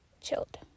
Chilled